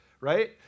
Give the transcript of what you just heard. right